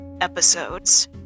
episodes